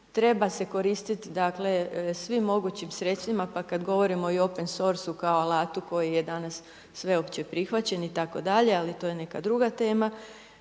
treba se koristiti svim mogućim sredstvima, pa kad govorimo i open source-u kao alatu koji je danas sveopći prihvaćen itd., ali to je neka druga tema.